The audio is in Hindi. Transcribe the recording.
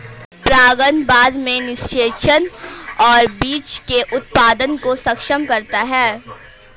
परागण बाद में निषेचन और बीज के उत्पादन को सक्षम करता है